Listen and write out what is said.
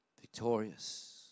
Victorious